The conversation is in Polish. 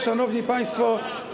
Szanowni Państwo!